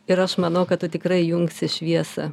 ir aš manau kad tu tikrai įjungsi šviesą